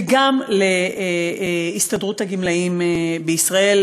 וגם להסתדרות הגמלאים בישראל,